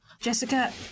Jessica